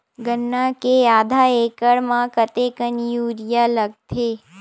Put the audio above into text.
गन्ना के आधा एकड़ म कतेकन यूरिया लगथे?